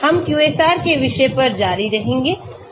हम QSAR के विषय पर जारी रहेंगे